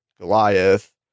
Goliath